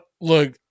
look